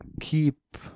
Keep